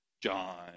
John